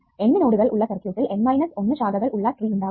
N നോഡുകൾ ഉള്ള സർക്യൂട്ടിൽ N മൈനസ് 1 ശാഖകൾ ഉള്ള ട്രീ ഉണ്ടാകും